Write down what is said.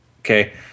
Okay